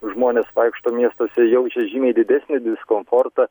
žmonės vaikšto miestuose jaučia žymiai didesnį diskomfortą